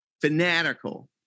fanatical